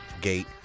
gate